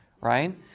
right